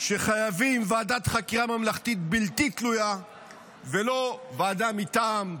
שחייבים ועדת חקירה ממלכתית בלתי תלויה ולא ועדה מטעם,